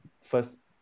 first